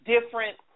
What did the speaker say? different